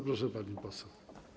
proszę, pani poseł.